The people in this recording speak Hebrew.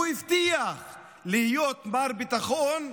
הוא הבטיח להיות מר ביטחון,